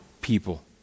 people